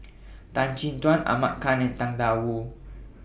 Tan Chin Tuan Ahmad Khan and Tang DA Wu